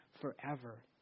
forever